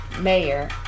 mayor